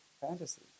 fantasy